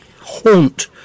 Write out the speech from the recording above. haunt